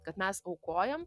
kad mes aukojam